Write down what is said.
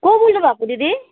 को बोल्नुभएको दिदी